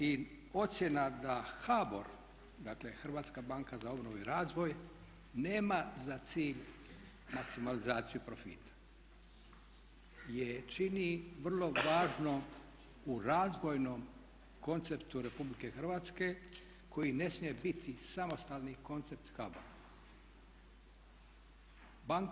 I ocjena da HBOR, dakle Hrvatska banka za obnovu i razvoj nema za cilj maksimalizaciju profita je čini vrlo važnom u razvojnom konceptu Republike Hrvatske koji ne smije biti samostalni koncept HBOR-a.